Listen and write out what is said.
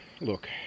Look